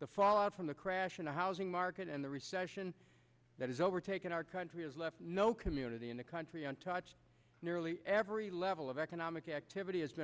the fallout from the crash of the housing market and the recession that has overtaken our country has left no community in the country on touch nearly every level of economic activity has been